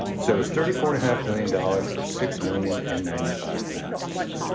so it's thirty four and a half billion dollars for six million and ninety five mask's,